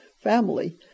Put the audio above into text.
family